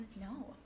No